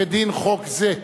כדין חוק זה.